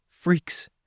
freaks